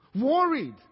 worried